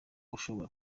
ushobora